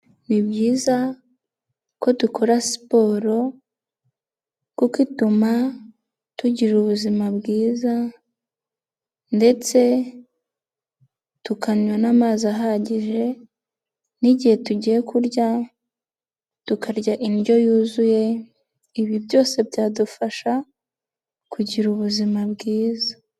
Ni byiza ko dukora siporo kuko ituma tugira ubuzima bwiza ndetse tukanywa n'amazi ahagije n'igihe tugiye kurya, tukarya indyo yuzuye, ibi byose byadufasha kugira ubuzima bwiza.